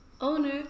owner